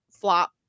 flop